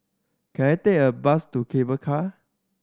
can I take a bus to Cable Car